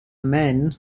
men